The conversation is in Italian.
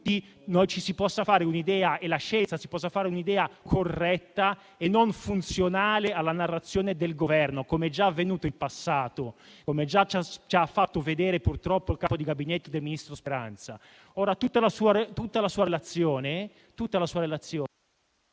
e la scienza si possa fare un'idea corretta e non funzionale alla narrazione del Governo, come è già avvenuto in passato e come già ci ha fatto vedere purtroppo il capo di Gabinetto del ministro Speranza.